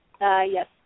Yes